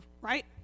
right